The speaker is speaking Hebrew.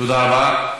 תודה רבה.